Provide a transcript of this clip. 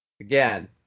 again